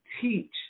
teach